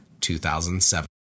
2007